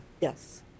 Yes